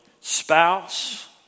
spouse